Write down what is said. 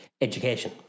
education